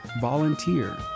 volunteer